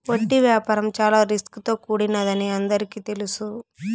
వడ్డీ వ్యాపారం చాలా రిస్క్ తో కూడినదని అందరికీ తెలుసు